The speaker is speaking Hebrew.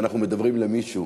שאנחנו מדברים למישהו.